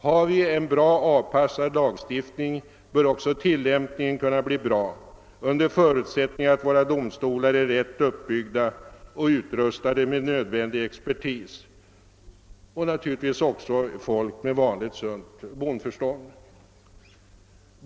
Har vi en bra avpassad lagstiftning, bör också tillämpningen kunna bli bra, under förutsättning att våra domstolar är rätt uppbyggda och utrustade med nödvändig expertis — och naturligtvis också med folk med vanligt sunt bondförstånd.